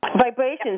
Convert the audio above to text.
Vibrations